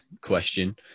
question